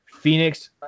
Phoenix